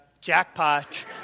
jackpot